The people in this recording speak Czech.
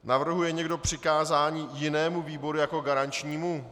Navrhuje někdo přikázání jinému výboru jako garančnímu?